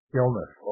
illness